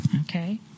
okay